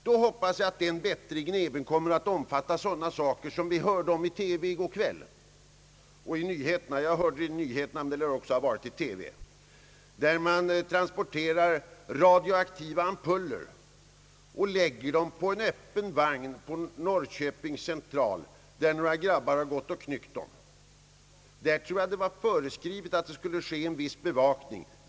Jag hoppas att denna bättring även skall omfatta sådana saker som vi hörde om i TV i går kväll och i radionyheterna. Det talades då om att det transporterades radioaktiva ampuller på en öppen vagn som blev stående på Norrköpings central, där några pojkar knyckte dem. Jag tror att det var föreskrivet att det där skulle ske en viss bevakning.